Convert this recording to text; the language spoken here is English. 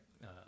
Right